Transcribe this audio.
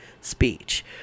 speech